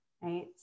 Right